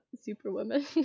Superwoman